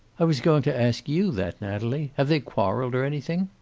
i was going to ask you that, natalie. have they quarreled, or anything?